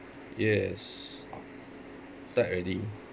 yes tap already